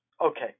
Okay